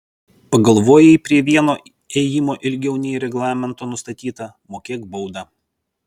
pagalvojai prie vieno ėjimo ilgiau nei reglamento nustatyta mokėk baudą